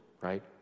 right